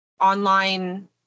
online